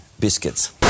biscuits